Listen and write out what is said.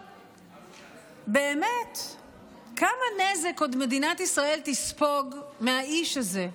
לשאול באמת כמה נזק עוד מדינת ישראל תספוג מהאיש הזה,